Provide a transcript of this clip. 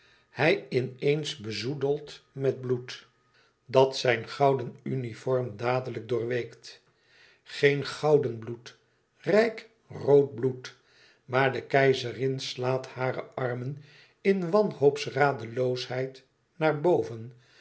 hij in eens bezoedelt met bloed dat zijn gouden uniform dadelijk doorweekt geen gouden bloed rijk rood bloed maar de keizerin slaat hare armen in wanhoopsradeloosheid naar boven